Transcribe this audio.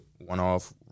one-off